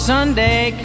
Sunday